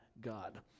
God